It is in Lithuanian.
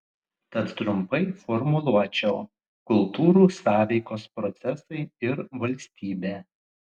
tad trumpai formuluočiau kultūrų sąveikos procesai ir valstybė